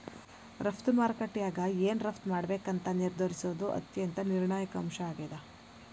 ರಫ್ತು ಮಾರುಕಟ್ಯಾಗ ಏನ್ ರಫ್ತ್ ಮಾಡ್ಬೇಕಂತ ನಿರ್ಧರಿಸೋದ್ ಅತ್ಯಂತ ನಿರ್ಣಾಯಕ ಅಂಶ ಆಗೇದ